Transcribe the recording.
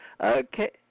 Okay